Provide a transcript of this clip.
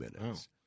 minutes